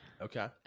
okay